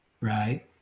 right